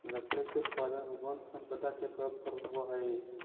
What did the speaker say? लकड़ी के उत्पादन वन सम्पदा के तौर पर होवऽ हई